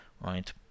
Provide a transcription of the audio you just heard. Right